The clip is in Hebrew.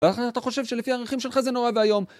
ואיך אתה חושב שלפי הערכים שלך זה נורא ואיום?